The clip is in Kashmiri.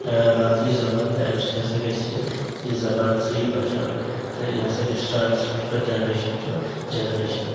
مادری زبان تہٕ أمہِ سۭتۍ ہسا گژھہِ یہِ زبان ہسا یی بچاونہٕ تہٕ یہِ ہسا گژھہِ ٹرانسمٹ جنریشن ٹو جنریشن